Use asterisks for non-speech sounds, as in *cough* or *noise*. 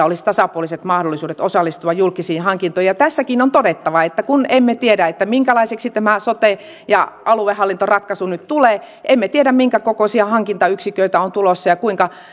*unintelligible* olisi tasapuoliset mahdollisuudet osallistua julkisiin hankintoihin tässäkin on todettava että kun emme tiedä minkälaiseksi tämä sote ja aluehallintoratkaisu nyt tulee emme tiedä minkä kokoisia hankintayksiköitä on tulossa ja kuinka